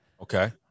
Okay